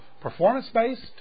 performance-based